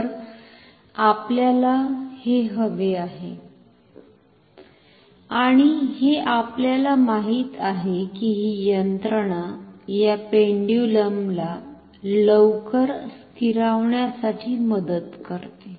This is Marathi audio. तर आपल्याला हे हवे आहे आणि हे आपल्याला माहित आहे की ही यंत्रणा या पेंडुलमला लवकर स्थिरावण्यासाठी मदत करते